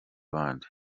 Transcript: abandi